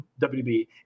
wb